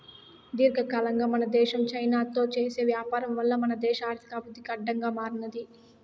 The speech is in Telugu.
దీర్ఘకాలంగా మన దేశం చైనాతో చేసే వ్యాపారం వల్ల మన దేశ అభివృద్ధికి అడ్డంగా మారినాది